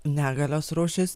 negalios rūšys